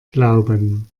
glauben